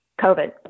COVID